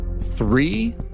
three